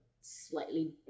slightly